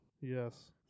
Yes